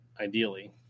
ideally